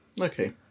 Okay